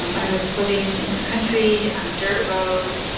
i was living in the country on a dirt road.